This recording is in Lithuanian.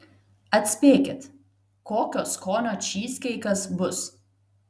atspėkit kokio skonio čyzkeikas bus